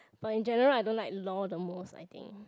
for in general I don't like lol the most I think